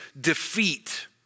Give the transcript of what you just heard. defeat